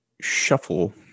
shuffle